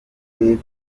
kuri